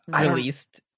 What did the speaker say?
Released